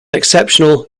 exceptional